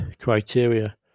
criteria